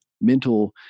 mental